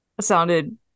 sounded